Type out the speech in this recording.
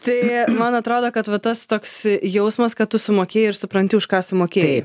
tai man atrodo kad va tas toks jausmas kad tu sumokėjai ir supranti už ką sumokėjai